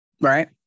Right